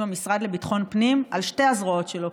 המשרד לביטחון פנים על שתי הזרועות שלו,